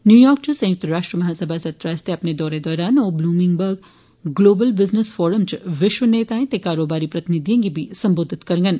new York च संयुक्त राश्ट्र महासभा सत्र आस्तै अपने दौरे दौरान ओह् Bloomberg global business forum च विष्व नेताएं ते कारोबारी प्रतिनिधिएं गी बी संबोधित करंडन